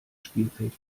spielfeld